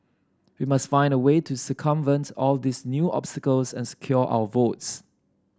we must find a way to circumvent all these new obstacles and secure our votes